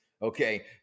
Okay